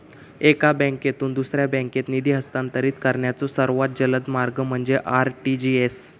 एका बँकेतून दुसऱ्या बँकेत निधी हस्तांतरित करण्याचो सर्वात जलद मार्ग म्हणजे आर.टी.जी.एस